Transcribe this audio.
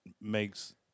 makes